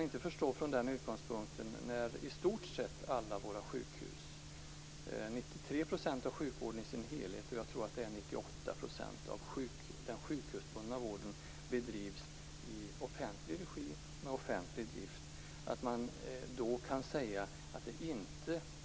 I stort sett alla våra sjukhus - 93 % av sjukvården i sin helhet och jag tror att det är 98 % av den sjukhusbundna vården - bedrivs i offentlig regi med offentlig drift.